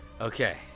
okay